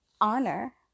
honor